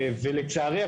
ולצערי,